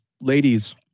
ladies